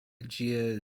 ĝia